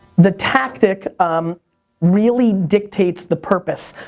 the tactic um really dictates the purpose.